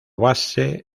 base